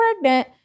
pregnant